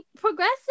progressive